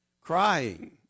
crying